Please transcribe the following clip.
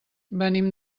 venim